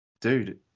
dude